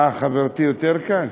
אה, חברתי יותר קל?